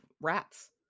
rats